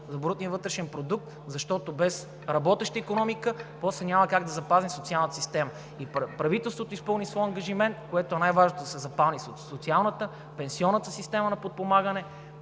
за брутния вътрешен продукт, защото без работеща икономика после няма как да запазим социалната система. И правителството изпълни своя ангажимент, което е най-важното, да се запази социалната, пенсионната система на подпомагане.